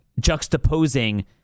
juxtaposing